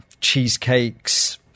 cheesecakes